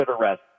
arrest